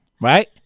right